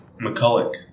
McCulloch